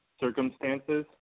circumstances